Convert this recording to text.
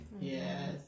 Yes